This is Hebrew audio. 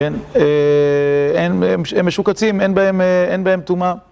כן, הם משוקצים, אין בהם טומאה.